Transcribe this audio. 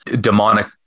demonic